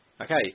Okay